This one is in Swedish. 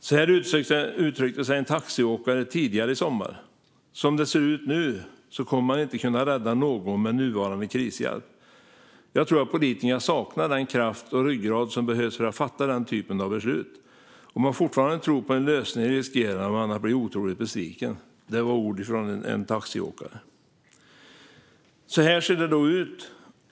Tidigare i sommar uttryckte sig en taxiåkare på följande sätt: Som det ser ut nu kommer man inte att kunna rädda någon med nuvarande krishjälp. Jag tror att politikerna saknar den kraft och ryggrad som behövs för att fatta den typen av beslut. Om man fortfarande tror på en lösning riskerar man att bli otroligt besviken. Så här ser det ut.